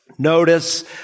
Notice